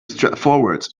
straightforward